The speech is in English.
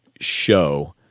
show